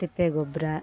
ತಿಪ್ಪೆ ಗೊಬ್ಬರ